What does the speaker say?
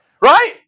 right